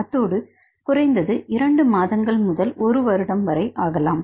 அத்தோடு குறைந்தது 2 மாதங்கள் முதல் ஒரு வருடம் வரை ஆகலாம்